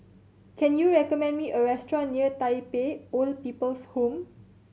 can you recommend me a restaurant near Tai Pei Old People's Home